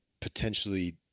potentially